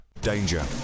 Danger